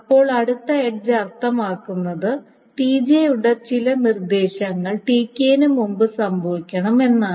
അപ്പോൾ അടുത്ത എഡ്ജ് അർത്ഥമാക്കുന്നത് Tj യുടെ ചില നിർദ്ദേശങ്ങൾ Tk ന് മുമ്പ് സംഭവിക്കണം എന്നാണ്